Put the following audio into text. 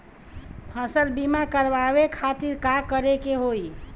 फसल बीमा करवाए खातिर का करे के होई?